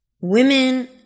Women